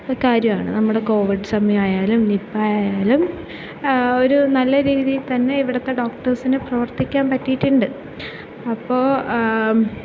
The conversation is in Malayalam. ഒരു കാര്യമാണ് നമ്മുടെ കോവിഡ് സമയമായാലും നിപ്പ ആയാലും ഒരു നല്ല രീതിയിൽ തന്നെ ഇവിടുത്തെ ഡോക്ടർസിനു പ്രവർത്തിക്കാൻ പറ്റിയിട്ടുണ്ട് അപ്പോൾ